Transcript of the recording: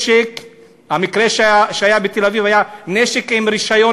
המקרה שהיה בתל-אביב היה בנשק עם רישיון,